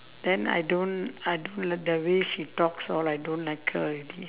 then I don't I don't like the way she talks or I don't like her already